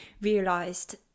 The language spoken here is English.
realized